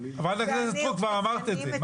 חברת הכנסת סטרוק, כבר אמרת את זה.